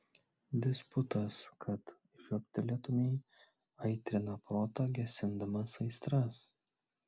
disputas kad žioptelėtumei aitrina protą gesindamas aistras